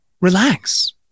relax